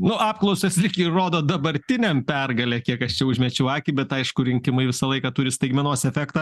nu apklausos lyg ir rodo dabartiniam pergalę kiek aš čia užmečiau akį bet aišku rinkimai visą laiką turi staigmenos efektą